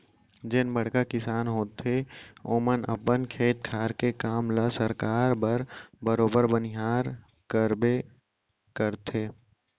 जेन बड़का किसान होथे ओमन अपन खेत खार के काम ल सरकाय बर बरोबर बनिहार करबे करथे